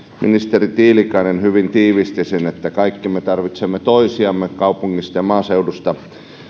ministeri tiilikainen hyvin tiivisti sen että kaikki me tarvitsemme toisiamme kaupungeista ja maaseudusta